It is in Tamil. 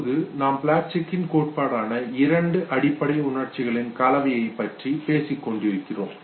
இப்பொழுது நாம் ப்ளட்சிக்கின் கோட்பாடான இரண்டு அடிப்படை உணர்ச்சிகளின் கலவையைப் பற்றி பேசிக் கொண்டிருக்கிறோம்